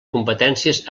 competències